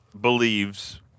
believes